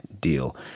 deal